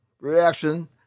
reaction